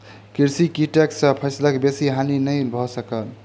कृषि कीटक सॅ फसिलक बेसी हानि नै भ सकल